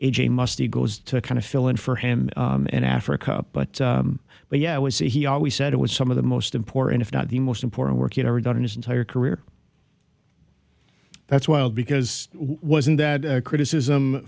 j musty goes to kind of fill in for him in africa but but yeah was he always said it was some of the most important if not the most important work you've ever done in his entire career that's wild because wasn't that a criticism